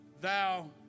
thou